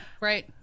right